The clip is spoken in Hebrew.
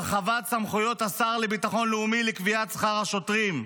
הרחבת סמכויות השר לביטחון לאומי לקביעת שכר השוטרים.